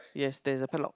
yes there's a pad lock